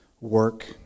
work